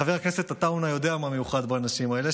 חבר הכנסת עטאונה יודע מה מיוחד באנשים האלה,